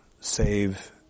save